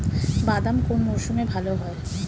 বাদাম কোন মরশুমে ভাল হয়?